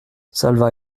salvat